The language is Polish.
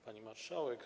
Pani Marszałek!